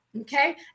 okay